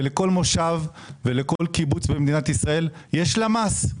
ולכל מושב וקיבוץ במדינת ישראל יש למ"ס,